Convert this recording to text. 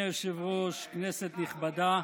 אדוני היושב-ראש, כנסת נכבדה,